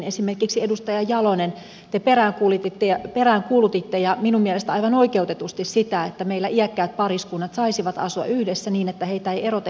esimerkiksi edustaja jalonen te peräänkuulutitte ja minun mielestäni aivan oikeutetusti sitä että meillä iäkkäät pariskunnat saisivat asua yhdessä niin että heitä ei erotettaisi